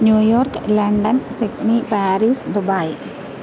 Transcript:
New York London Sydney Paris Dubai